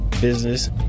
business